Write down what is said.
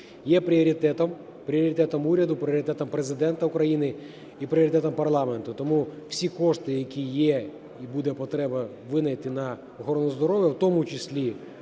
пріоритетом уряду, пріоритетом Президента України і пріоритетом парламенту. Тому всі кошти, які є і буде потреба винайти на охорону здоров'я, в тому числі